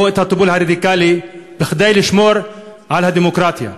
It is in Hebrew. או את הטיפול הרדיקלי, כדי לשמור על הדמוקרטיה.